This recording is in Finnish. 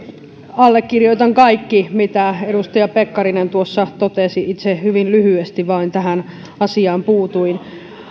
allekirjoitan kaikki mitä edustaja pekkarinen tuossa totesi itse hyvin lyhyesti vain tähän asiaan puutuin